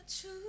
true